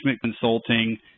consulting